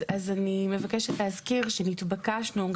אז אני מבקשת להזכיר שהתבקשנו,